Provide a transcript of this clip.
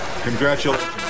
Congratulations